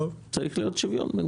צריך שוויון.